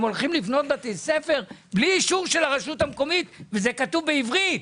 הם הולכים לבנות בית ספר בלי אישור של הרשות המקומית וזה כתוב בעברית.